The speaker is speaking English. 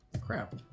Crap